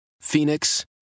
Phoenix